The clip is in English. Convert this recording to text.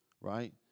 right